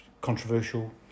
controversial